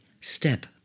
step